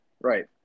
right